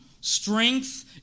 strength